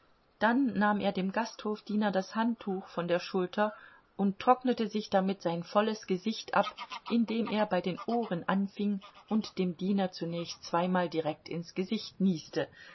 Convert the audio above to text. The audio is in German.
dann nahm er dem gasthofdiener das handtuch von der schulter und trocknete sich damit sein volles gesicht ab indem er bei den ohren anfing und dem diener zunächst zweimal direkt ins gesicht nieste